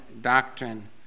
doctrine